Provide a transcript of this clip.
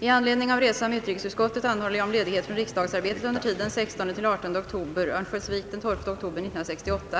I anledning av resa med utrikesutskottet anhåller jag om ledighet från riksdagsarbetet under tiden den 16— den 18 oktober.